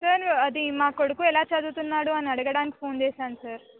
sir అది మా కొడుకు ఎలా చదువుతున్నాడు అని అడగడానికి ఫోన్ చేశాను సార్